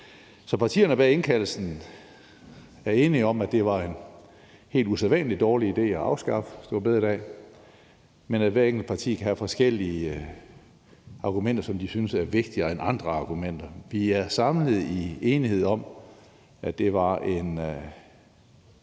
Så partierne bag indkaldelsen er enige om, at det var en helt usædvanlig dårlig idé at afskaffe store bededag, men hvor hvert enkelt parti kan have forskellige argumenter, som de synes er vigtigere end andre argumenter. Vi er dog samlet i enighed om, at det var en